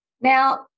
Now